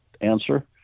answer